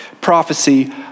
prophecy